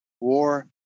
war